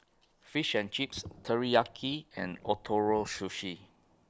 Fish and Chips Teriyaki and Ootoro Sushi